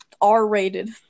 R-rated